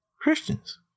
Christians